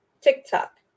TikTok